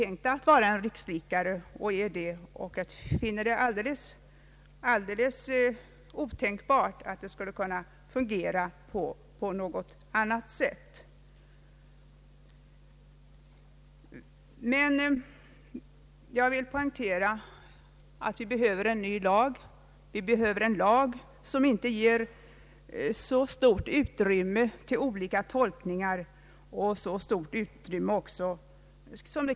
För min del finner jag det alldeles otänkbart att det skulle kunna få fungera så. Jag vill poängtera att vi behöver en ny lag, som inte ger så stort utrymme för olika tolkningar och godtycke.